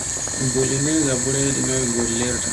Bollinirga buredi noy gollirta.